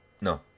No